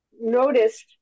noticed